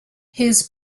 his